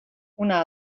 una